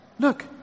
Look